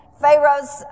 Pharaoh's